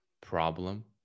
problem